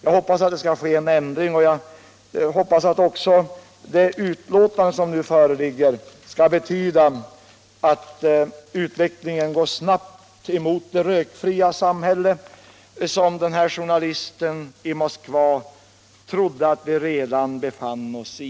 Jag hoppas att det skall ske en ändring och att det betänkande som nu föreligger skall betyda att utvecklingen går snabbt emot det rökfria samhälle som journalisten i Moskva trodde att vi redan befann oss i.